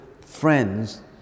friends